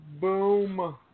Boom